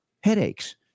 headaches